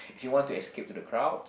if you want to escape to the crowds